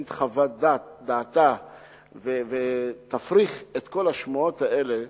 את חוות דעתה ותפריך את כל השמועות האלה,